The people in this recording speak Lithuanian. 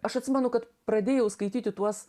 aš atsimenu kad pradėjau skaityti tuos